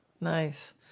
nice